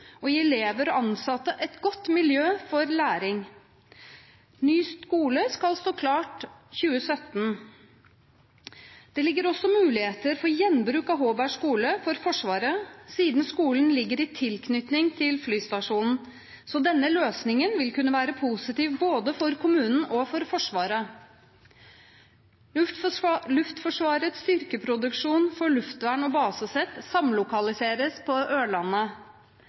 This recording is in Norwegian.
og gi elever og ansatte et godt miljø for læring. Ny skole skal stå klar i 2017. Det ligger også muligheter for gjenbruk av Hårberg skole for Forsvaret siden skolen ligger i tilknytning til flystasjonen, så denne løsningen vil kunne være positiv både for kommunen og for Forsvaret. Luftforsvarets styrkeproduksjon for luftvern og basesett samlokaliseres på